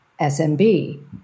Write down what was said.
SMB